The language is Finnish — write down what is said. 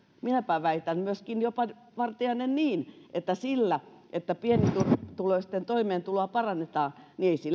minäpä väitän myöskin jopa vartiainen että ei silläkään että pienituloisten toimeentuloa parannetaan